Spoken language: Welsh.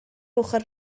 ochr